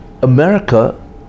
America